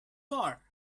war